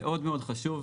מאוד מאוד חשוב,